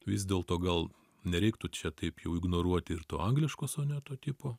vis dėlto gal nereiktų čia taip jau ignoruoti ir to angliško soneto tipo